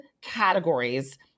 categories